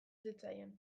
zitzaien